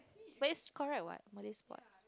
but it's correct what a Malay sport